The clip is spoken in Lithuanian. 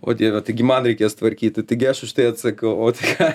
o dieve taigi man reikės tvarkyti taigi aš už tai atsakiau o tai ką